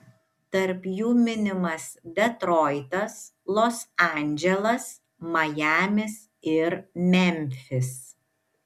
tarp jų minimas detroitas los andželas majamis ir memfis